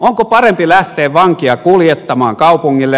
onko parempi lähteä vankia kuljettamaan kaupungille